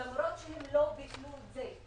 למרות שהם לא ביטלו את זה.